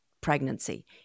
pregnancy